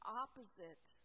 opposite